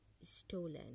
stolen